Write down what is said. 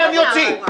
אני אוציא.